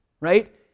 right